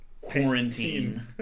quarantine